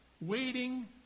waiting